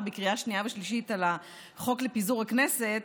בקריאה שנייה ושלישית על החוק לפיזור הכנסת,